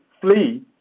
flee